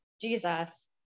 Jesus